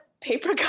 paper